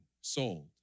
sold